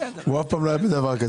את החלק הזה